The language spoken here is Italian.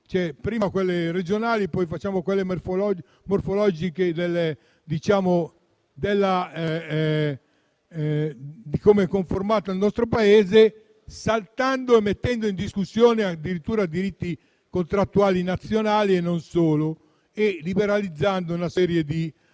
prima quelle regionali, poi quelle morfologiche, in base a come è conformato il nostro Paese, mettendo in discussione addirittura diritti contrattuali nazionali e non solo e liberalizzando una serie di